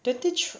twenty twe~